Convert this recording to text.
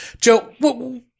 Joe